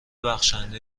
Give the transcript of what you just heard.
بخشنده